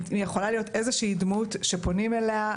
אם יכולה להיות איזושהי דמות שפונים אליה,